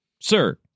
sir